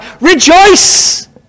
Rejoice